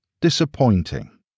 disappointing